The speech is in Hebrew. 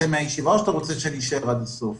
מהישיבה או שאתה רוצה שאני אשאר עד הסוף?